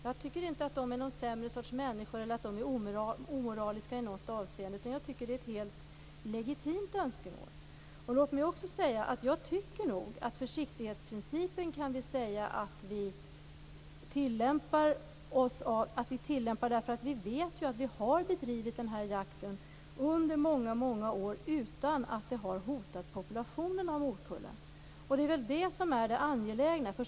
Jag tycker inte att de är en sämre sorts människor eller att de är omoraliska i något avseende. Jag tycker att det är ett helt legitimt önskemål. Låt mig också säga att jag nog tycker att vi tillämpar försiktighetsprincipen. Vi vet ju att vi har bedrivit den här jakten under många år utan att det har hotat populationen av morkulla. Det är väl det som är det angelägna.